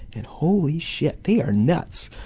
and holy shit, they are nuts!